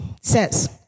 says